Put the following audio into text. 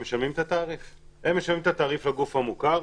הם משלמים את התעריף לגוף המוכר,